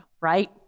right